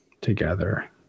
together